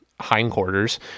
hindquarters